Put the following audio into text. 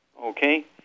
Okay